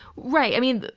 right. i mean,